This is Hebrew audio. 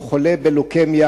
הוא חולה בלוקמיה,